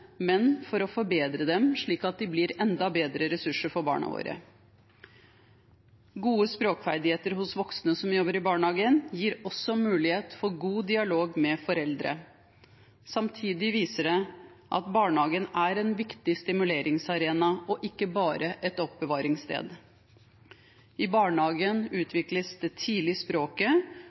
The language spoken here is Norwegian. men til å forbedre dem, slik at de blir enda bedre ressurser for barna våre. Gode språkferdigheter hos voksne som jobber i barnehage, gir også mulighet for god dialog med foreldre. Samtidig viser det at barnehagen er en viktig stimuleringsarena og ikke bare et oppbevaringssted. I barnehagen utvikles det tidlige språket,